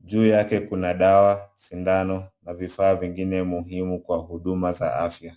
Juu yake kuna dawa, sindano na vifaa vingine muhimu kwa huduma za afya.